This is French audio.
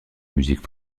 musique